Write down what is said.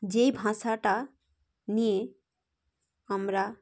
যেই ভাষাটা নিয়ে আমরা